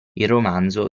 romanzo